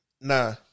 Nah